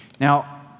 Now